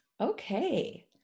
Okay